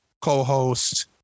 co-host